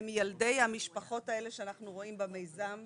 הם ילדים המשפחות האלה שאנחנו רואים במיזם,